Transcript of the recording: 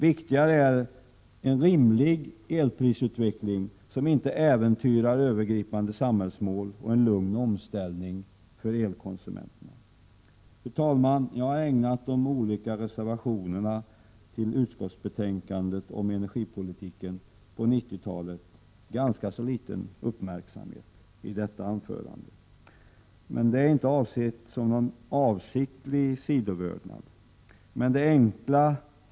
Viktigare är en rimlig elprisutveckling som inte äventyrar övergripande samhällsmål och en lugn omställning för elkonsumenterna. Fru talman! Jag har ägnat de olika reservationerna till utskottsbetänkandet om energipolitiken på 1990-talet ganska liten uppmärksamhet i mitt anförande. Detta skall inte uppfattas som att jag velat visa sidvördnad.